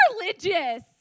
religious